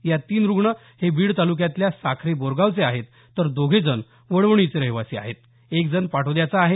यात तीन रूग्ण हे बीड तालुक्यातल्या साखरे बोरगावचे आहेत तर दोघेजण वडवणीचे रहिवाशी आहेत एकजण पाटोद्याचा आहे